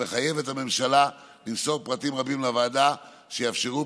המחייב את הממשלה למסור פרטים רבים לוועדה שיאפשרו